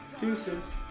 Deuces